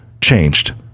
changed